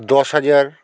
দশ হাজার